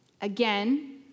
again